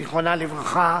זיכרונה לברכה,